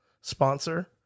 sponsor